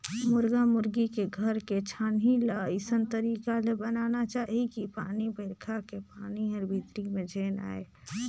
मुरगा मुरगी के घर के छानही ल अइसन तरीका ले बनाना चाही कि पानी बइरखा के पानी हर भीतरी में झेन आये